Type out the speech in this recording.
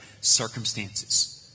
circumstances